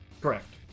Correct